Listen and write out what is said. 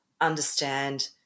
understand